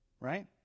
Right